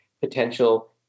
potential